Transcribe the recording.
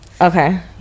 okay